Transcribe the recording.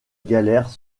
galères